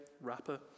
rapper